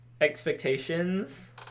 expectations